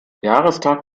jahrestag